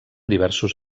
diversos